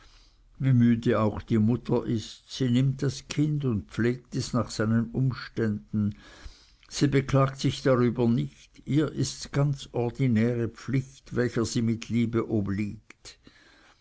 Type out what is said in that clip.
wie müde auch die mutter ist sie nimmt das kind und pflegt es nach seinen umständen sie beklagt sich darüber nicht ihr ists ganz ordinäre pflicht welcher sie mit liebe obliegt